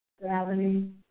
gravity